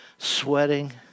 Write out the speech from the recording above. sweating